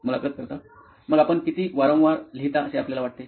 मुलाखत कर्ता मग आपण किती वारंवार लिहिता असे आपल्याला वाटते